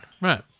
right